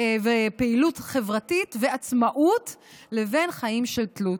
ופעילות חברתית ועצמאות לבין חיים של תלות.